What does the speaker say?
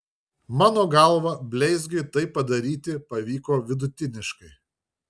mano galva bleizgiui tai padaryti pavyko vidutiniškai